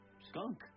Skunk